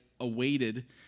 awaited